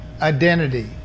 identity